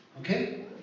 Okay